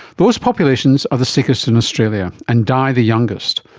those populations are the sickest in australia and die the youngest,